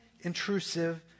intrusive